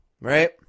right